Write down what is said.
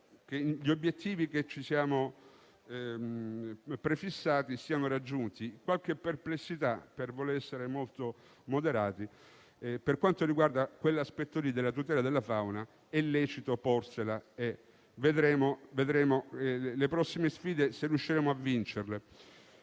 gli obiettivi che ci siamo prefissati siano raggiunti. Qualche perplessità - a voler essere molto moderati - per quanto riguarda l'aspetto della tutela della fauna è lecito averla. Vedremo se riusciremo a vincere